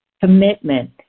Commitment